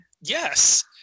Yes